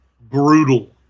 brutal